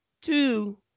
two